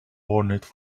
ornate